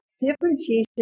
Differentiation